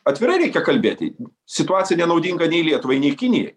atvirai reikia kalbėti situacija nenaudinga nei lietuvai nei kinijai